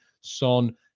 Son